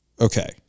Okay